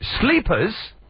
Sleepers